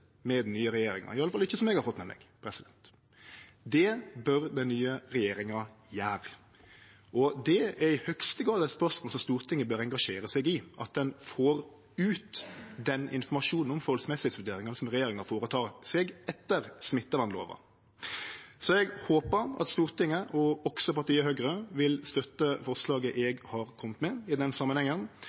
med den nye regjeringa, i alle fall ikkje som eg har fått med meg. Det bør den nye regjeringa gjere. Det er i høgste grad eit spørsmål Stortinget bør engasjere seg i, at ein får ut den informasjonen om forholdsmessigheitsvurderingar som regjeringa føretar seg etter smittevernlova. Eg håpar at Stortinget, og også partiet Høgre, vil støtte forslaget eg har kome med i den